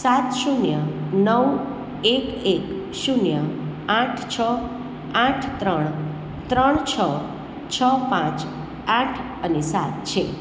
સાત શૂન્ય નવ એક એક શૂન્ય આઠ છ આઠ ત્રણ ત્રણ છ છ પાંચ આઠ અને સાત છે